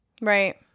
Right